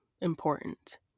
important